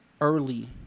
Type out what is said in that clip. early